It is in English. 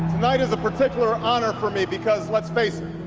tonight is a particular honor for me because, let's face